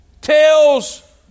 tells